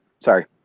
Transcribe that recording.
Sorry